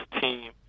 team